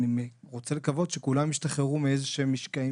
אני רוצה לקוות שכולם ישתחררו מאיזה שהם משקעים